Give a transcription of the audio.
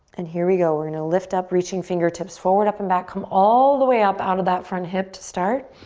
and here we go. we're gonna lift up, reaching fingertips forward, up and back. come all the way up out of that front hip to start.